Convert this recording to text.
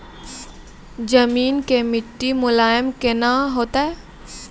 जमीन के मिट्टी मुलायम केना होतै?